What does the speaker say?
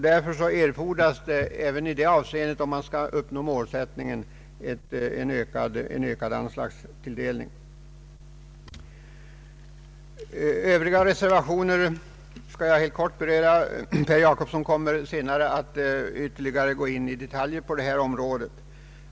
Därför erfordras även i det avseendet — om man skall uppnå målsättningen — en ökad anslagstilldelning. Övriga reservationer skall jag beröra helt kortfattat. Herr Per Jacobsson kommer senare att gå in på detaljerna härvidlag.